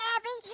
abby.